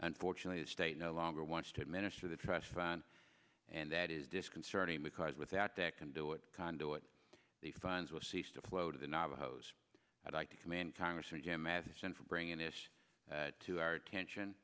unfortunately the state no longer wants to administer the trust fund and that is disconcerting because without that can do it conduit the funds will cease to flow to the navajos i'd like to commend congressman jim matheson for bringing this to our attention